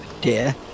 dear